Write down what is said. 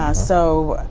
ah so,